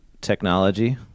technology